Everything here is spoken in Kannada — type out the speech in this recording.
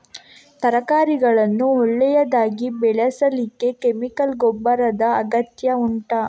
ತರಕಾರಿಗಳನ್ನು ಒಳ್ಳೆಯದಾಗಿ ಬೆಳೆಸಲಿಕ್ಕೆ ಕೆಮಿಕಲ್ ಗೊಬ್ಬರದ ಅಗತ್ಯ ಉಂಟಾ